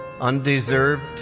undeserved